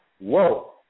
whoa